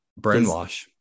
Brainwash